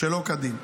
שלא כדין.